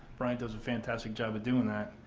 brian does a fantastic job of doing that.